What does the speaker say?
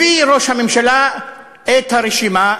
הביא ראש הממשלה את הרשימה,